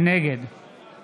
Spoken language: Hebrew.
נגד